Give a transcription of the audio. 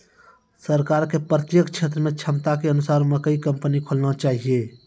सरकार के प्रत्येक क्षेत्र मे क्षमता के अनुसार मकई कंपनी खोलना चाहिए?